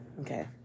Okay